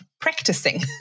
practicing